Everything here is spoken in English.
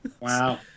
Wow